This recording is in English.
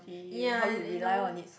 ya and and in a way